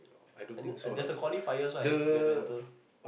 and there's a qualifiers right you have to enter